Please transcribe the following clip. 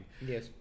yes